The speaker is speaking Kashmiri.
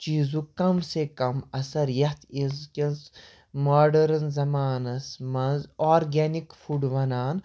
چیٖزُک کم سے کم اثر یَتھ أزکِس ماڈٲرٕنۍ زَمانَس منٛز آرگینِک فوڈ وَنان